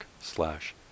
slash